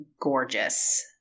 gorgeous